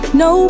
no